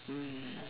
mm